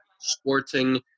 Sporting